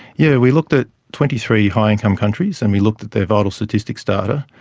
yeah we looked at twenty three high income countries and we looked at their vital statistics data,